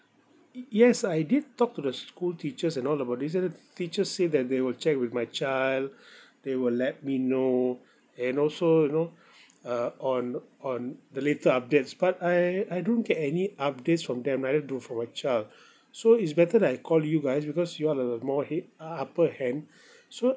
y~ yes I did talk to the school teachers and all about this and then teacher said that they will check with my child they will let me know and also you know uh on on the later updates but I I don't get any updates from them in regards to for my child so it's better that I call you guys because you are the more head uh upper hand so